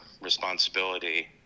responsibility